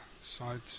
side